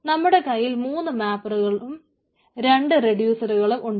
നമ്മളുടെ കയ്യിൽ മൂന്നു മാപ്പറും രണ്ട് റെഡ്യൂസറുകളും ഉണ്ട്